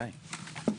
די.